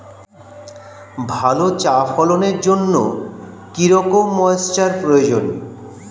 ভালো চা ফলনের জন্য কেরম ময়স্চার প্রয়োজন?